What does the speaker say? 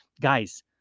guys